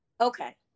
okay